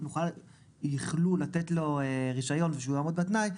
שבכדי שיוכלו לתת לו רישיון ושהוא יעמוד בתנאי,